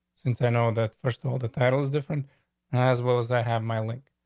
since i know the first of all the titles different as well as i have my link.